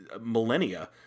millennia